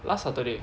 last saturday